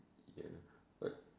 ya but